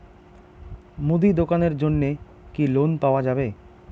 মুদি দোকানের জন্যে কি লোন পাওয়া যাবে?